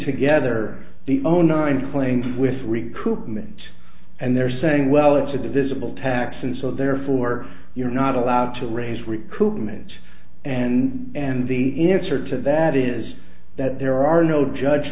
together the own nine claims with recruitment and they're saying well it's a divisible tax and so therefore you're not allowed to raise recoupment and and the in answer to that is that there are no judge